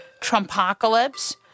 Trumpocalypse